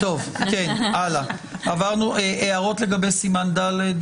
יש למישהו הערות לסימן ד'?